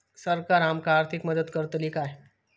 सरकार आमका आर्थिक मदत करतली?